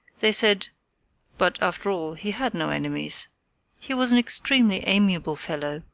they said but, after all, he had no enemies he was an extremely amiable fellow,